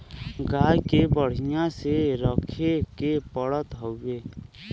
गाय के बढ़िया से रखे के पड़त हउवे